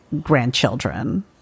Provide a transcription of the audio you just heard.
grandchildren